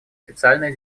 официальной